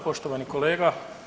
Poštovani kolega.